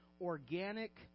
organic